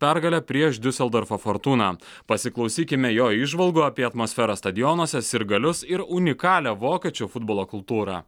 pergalę prieš diuseldorfo fortūną pasiklausykime jo įžvalgų apie atmosferą stadionuose sirgalius ir unikalią vokiečių futbolo kultūrą